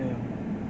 沒有买 liao